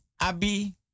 abi